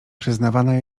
przyznawana